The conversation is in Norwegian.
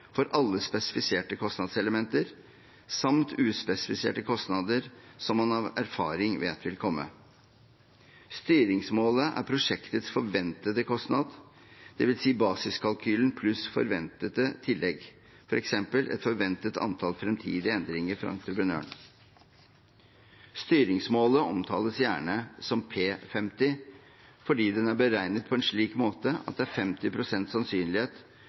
for alle spesifiserte kostnadselementer samt uspesifiserte kostnader som man av erfaring vet vil komme. Styringsmålet er prosjektets forventede kostnad, dvs. basiskalkylen pluss forventede tillegg, f.eks. et forventet antall fremtidige endringer fra entreprenøren. Styringsmålet omtales gjerne som «P50» fordi det er beregnet på en slik måte at det er 50 pst. sannsynlighet